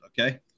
okay